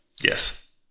Yes